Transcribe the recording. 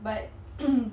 but